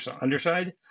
underside